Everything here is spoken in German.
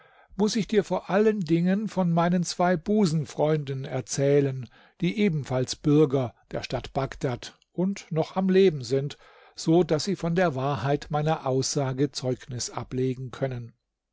muß ich dir vor allen dingen von meinen zwei busenfreunden erzählen die ebenfalls bürger der stadt bagdad und noch am leben sind so daß sie von der wahrheit meiner aussage zeugnis ablegen können